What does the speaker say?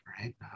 right